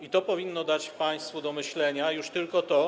I to powinno dać państwu do myślenia, już tylko to.